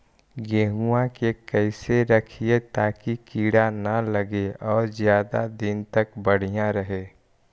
गेहुआ के कैसे रखिये ताकी कीड़ा न लगै और ज्यादा दिन तक बढ़िया रहै?